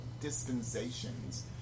dispensations